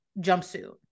jumpsuit